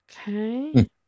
Okay